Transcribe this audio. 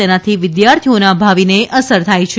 તેનાથી વિદ્યાર્થીઓના ભાવિને અસર થાય છે